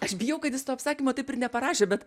aš bijau kad jis to apsakymo taip ir neparašė bet